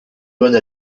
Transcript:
bonne